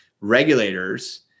regulators